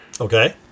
Okay